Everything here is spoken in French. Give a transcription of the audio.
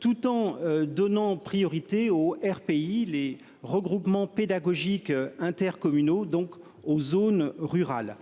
tout en donnant priorité au RPI les regroupements pédagogiques intercommunaux donc aux zones rurales.